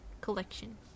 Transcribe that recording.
Collection